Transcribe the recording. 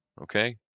Okay